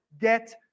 get